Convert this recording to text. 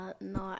No